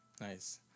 Nice